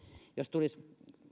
jos tulisi kymmeniä